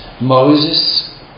Moses